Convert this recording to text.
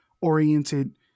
oriented